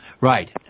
Right